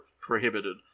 prohibited